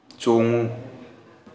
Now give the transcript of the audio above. ꯆꯣꯡꯉꯨ